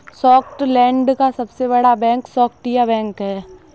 Scotland का सबसे बड़ा बैंक स्कॉटिया बैंक है